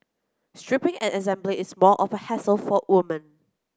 stripping and assembly is more of a hassle for women